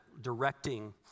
directing